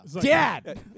Dad